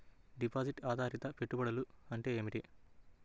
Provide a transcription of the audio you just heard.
Deposit ఆధారిత పెట్టుబడులు అంటే ఏమిటి?